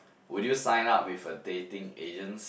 would you sign up with a dating agents